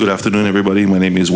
good afternoon everybody my name is